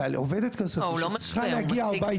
אבל עובדת כזאת שצריכה להגיע הביתה --- לא,